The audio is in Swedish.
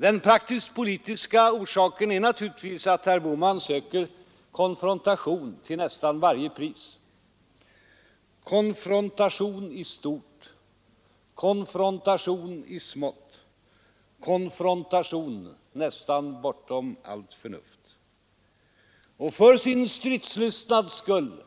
Den praktiskt-politiska orsaken är naturligtvis att herr Bohman söker konfrontation till nästan varje pris; konfrontation i stort, konfrontation i smått, konfrontation nästan bortom allt förnuft. För sin stridslystnads skull